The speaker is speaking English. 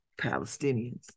palestinians